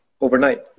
overnight